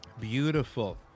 Beautiful